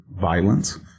violence